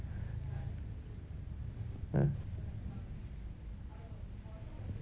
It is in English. mm